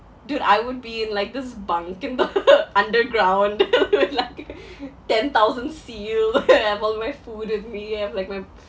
dude I would be in like this bunk in the underground that'll be like ten thousand sea level I'll have all my food with me I'll have like my